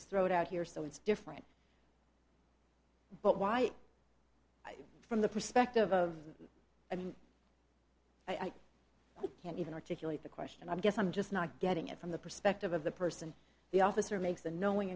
this throat out here so it's different but why from the perspective of i mean i can't even articulate the question i guess i'm just not getting it from the perspective of the person the officer makes the knowing